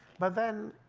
but then,